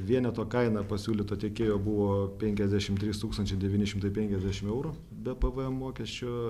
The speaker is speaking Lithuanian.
vieneto kaina pasiūlyta tiekėjo buvo penkiasdešim trys tūkstančiai devyni šimtai penkiasdešim eurų be pvm mokesčio